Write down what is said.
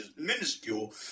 minuscule